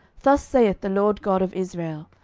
thus saith the lord god of israel,